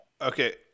Okay